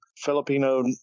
Filipino